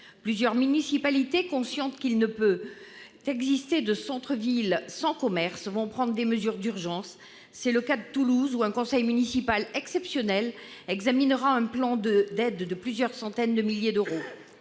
Plusieurs municipalités, conscientes qu'il ne peut y avoir de centre-ville sans commerces, vont prendre des mesures d'urgence. C'est le cas de Toulouse, où un conseil municipal exceptionnel examinera un plan d'aide de plusieurs centaines de milliers d'euros.